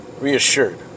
reassured